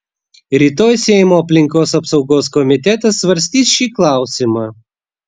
rytoj seimo aplinkos apsaugos komitetas svarstys šį klausimą